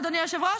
אדוני היושב-ראש?